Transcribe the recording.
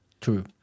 True